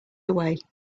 away